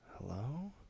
Hello